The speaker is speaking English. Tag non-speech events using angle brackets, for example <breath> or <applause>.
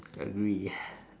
agree <breath>